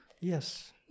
yes